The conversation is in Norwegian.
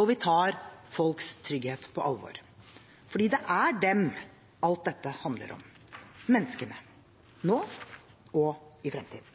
og vi tar folks trygghet på alvor, for det er dem alt dette handler om – menneskene, nå og i fremtiden.